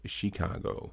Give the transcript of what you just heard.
Chicago